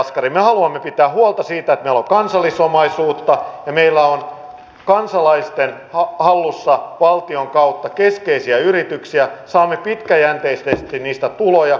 me haluamme pitää huolta siitä että meillä on kansallisomaisuutta ja meillä on kansalaisten hallussa valtion kautta keskeisiä yrityksiä saamme pitkäjänteisesti niistä tuloja